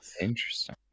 interesting